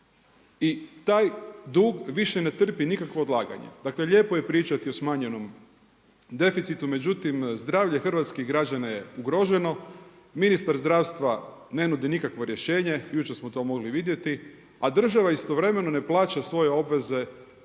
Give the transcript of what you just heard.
I taj dug više ne trpi nikakvo odlaganje. Dakle, lijepo je pričati o smanjenom deficitu, međutim zdravlje hrvatskih građana je ugroženo. Ministar zdravstva ne nudi nikakvo rješenje, jučer smo to mogli vidjeti, a država istovremeno ne plaća svoje obveze